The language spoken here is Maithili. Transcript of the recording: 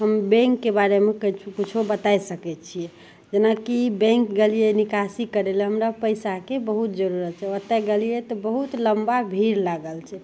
हम बैँकके बारेमे किछु किछु बतै सकै छिए जेनाकि बैँक गेलिए निकासी करै ले हमरा पइसाके बहुत जरूरत छै ओतए गेलिए तऽ बहुत लम्बा भीड़ लागल छै